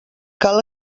cal